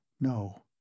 No